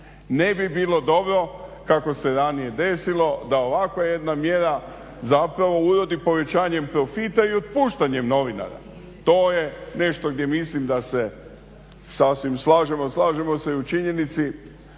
Ne bi bilo dobro kako se ranije desilo da ovakva jedna mjera zapravo urodi povećanjem profita i otpuštanjem novinara. to je nešto gdje mislim da se sasvim slažemo. Slažemo se i u činjenici